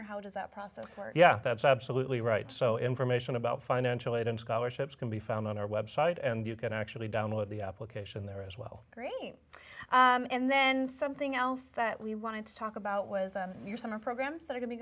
or how does that process or yeah that's absolutely right so information about financial aid and scholarships can be found on our web site and you can actually download the application there as well great and then something else that we wanted to talk about was on your summer programs that are